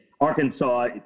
Arkansas